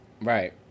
Right